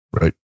right